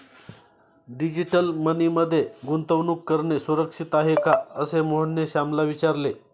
digital money मध्ये गुंतवणूक करणे सुरक्षित आहे का, असे मोहनने श्यामला विचारले